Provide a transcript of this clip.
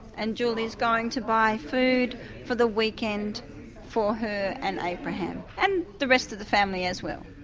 and julie's going to buy food for the weekend for her and abraham. and the rest of the family as well.